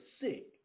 sick